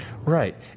Right